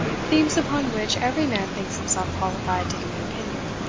themes upon which every man thinks himself qualified to give an opinion.